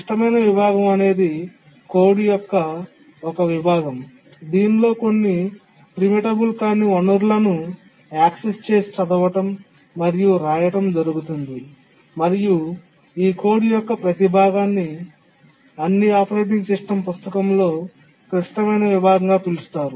క్లిష్టమైన విభాగం అనేది కోడ్ యొక్క ఒక విభాగం దీనిలో కొన్ని ప్రీమిటబుల్ కాని వనరులను యాక్సెస్ చేసి చదవడం మరియు వ్రాయడం జరుగుతుంది మరియు ఈ కోడ్ యొక్క ప్రతి విభాగాన్ని అన్ని ఆపరేటింగ్ సిస్టమ్ పుస్తకంలో క్లిష్టమైన విభాగంగా పిలుస్తారు